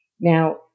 Now